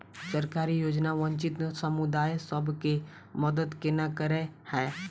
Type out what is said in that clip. सरकारी योजना वंचित समुदाय सब केँ मदद केना करे है?